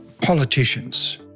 politicians